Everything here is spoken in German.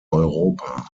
europa